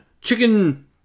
Chicken